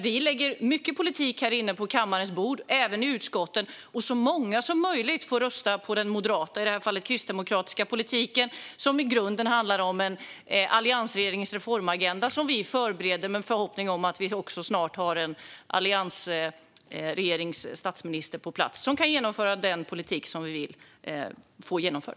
Vi lägger fram mycket politik här på kammarens bord och även i utskotten, och så många som möjligt får rösta på den moderata och i det här fallet också kristdemokratiska politiken som i grunden handlar om en alliansregerings reformagenda som vi förbereder med en förhoppning om att vi också snart har en alliansregerings statsminister på plats som kan genomföra den politik som vi vill få genomförd.